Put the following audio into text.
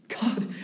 God